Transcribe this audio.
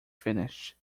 finish